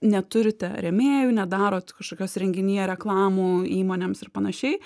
neturite rėmėjų nedarot kažkokios renginyje reklamų įmonėms ir panašiai